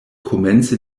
komence